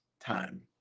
time